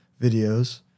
videos